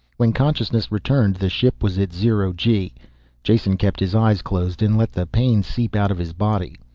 when consciousness returned the ship was at zero-g. jason kept his eyes closed and let the pain seep out of his body.